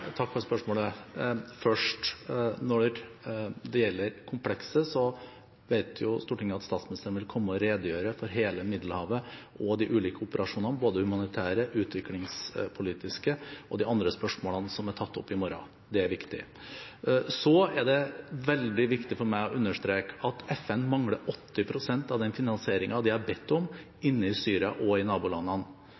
Takk for spørsmålet. Først: Når det gjelder komplekset, vet Stortinget at statsministeren vil komme og redegjøre for det som skjer i Middelhavet, for de ulike operasjonene – både de humanitære og de utviklingspolitiske – og de andre spørsmålene som blir tatt opp i morgen. Det er viktig. Så er det veldig viktig for meg å understreke at FN mangler 80 pst. av den finansieringen de har bedt om til Syria og nabolandene.